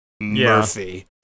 Murphy